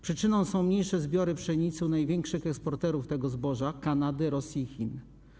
Przyczyną są mniejsze zbiory pszenicy u największych eksporterów tego zboża - w Kanadzie, Rosji i Chinach.